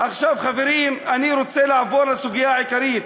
חברים, אני רוצה לעבור לסוגיה העיקרית.